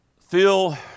Phil